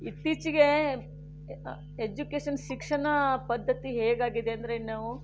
ಇತ್ತೀಚಿಗೆ ಎಜುಕೇಷನ್ ಶಿಕ್ಷಣ ಪದ್ಧತಿ ಹೇಗಾಗಿದೆ ಅಂದರೆ ನಾವು